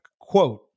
quote